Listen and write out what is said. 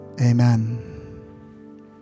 amen